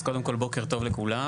אז קודם כל, בוקר טוב לכולם.